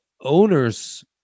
owners